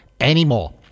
anymore